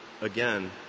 again